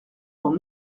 dans